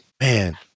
man